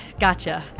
gotcha